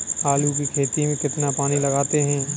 आलू की खेती में कितना पानी लगाते हैं?